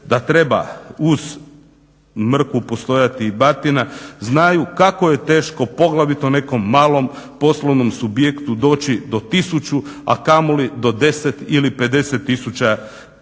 da treba uz mrkvu postojati i batina znaju kako je teško poglavito nekom malom poslovnom subjektu doći do tisuću a kamoli do 10 ili 50 tisuća